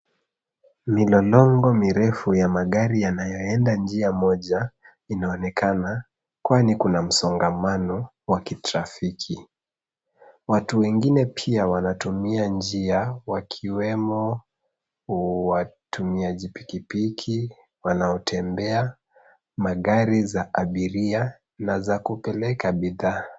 Milolongo mirefu wa magari yanayoenda njia moja inaonekana, kwani kuna msongamano wa kitrafiki. Watu wengine pia wanatumia njia wakiwemo watumiaji pikipiki, wanaotembea, magari za abiria na za kupeleka bidhaa.